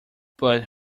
but